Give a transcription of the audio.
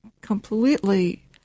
completely